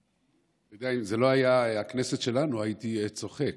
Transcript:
אתה יודע, אם זאת לא הייתה הכנסת שלנו הייתי צוחק.